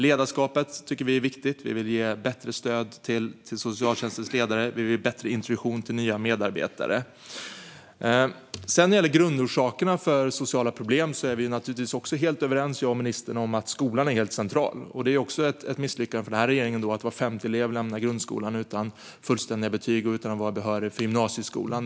Ledarskapet är viktigt. Vi vill ge bättre stöd till socialtjänstens ledare och bättre introduktion till nya medarbetare. När det gäller grundorsakerna till sociala problem är jag och ministern helt överens om att skolan är central. Därför är det också ett misslyckande för den här regeringen att var femte elev lämnar grundskolan utan fullständiga betyg och utan behörighet till gymnasieskolan.